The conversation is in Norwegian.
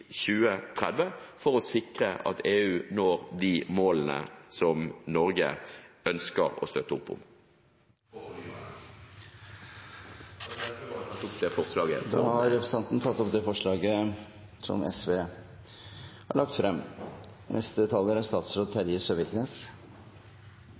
2030 for å sikre at EU når de målene for fornybar energi som Norge ønsker å støtte opp om? Representanten Heikki Eidsvoll Holmås har tatt opp det forslaget han refererte til. Som saksordføreren har redegjort for, har